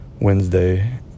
Wednesday